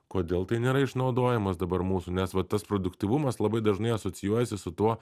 kodėl tai nėra išnaudojimas dabar mūsų nes va tas produktyvumas labai dažnai asocijuojasi su tuo